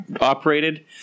operated